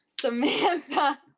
Samantha